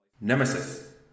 nemesis